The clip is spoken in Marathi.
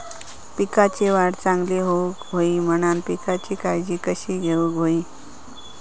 पिकाची वाढ चांगली होऊक होई म्हणान पिकाची काळजी कशी घेऊक होई?